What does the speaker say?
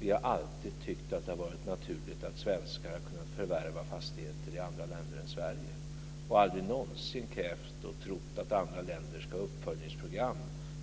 Vi har alltid tyckt att det har varit naturligt att svenskar har kunnat förvärva fastigheter i andra länder än i Sverige och aldrig någonsin krävt eller trott att andra länder skulle ha ett uppföljningsprogram